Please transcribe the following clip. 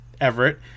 Everett